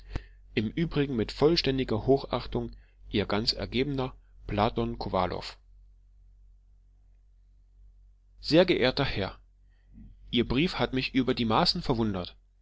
im übrigen mit vollständiger hochachtung ihr ganz ergebener platon kowalow sehr geehrter herr ihr brief hat mich über die maßen verwundert